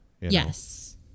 Yes